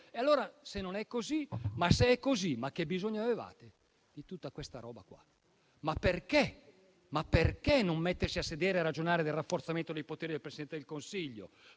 Giorgia Meloni. Se è così, che bisogno avevate di tutta questa roba? Perché non mettersi a sedere per ragionare sul rafforzamento dei poteri del Presidente del Consiglio?